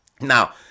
Now